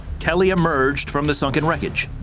kelly emerged from the sunken wreckage,